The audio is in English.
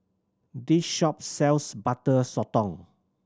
this shop sells Butter Sotong